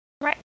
Right